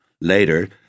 Later